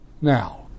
now